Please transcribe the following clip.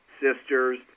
sisters